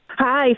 Hi